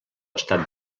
estat